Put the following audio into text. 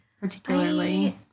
particularly